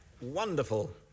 Wonderful